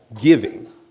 giving